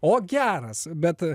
o geras bet